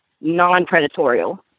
non-predatorial